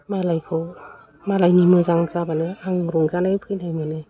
मालायखौ मालायनि मोजां जाबानो आं रंजानाय फैनाय मोनो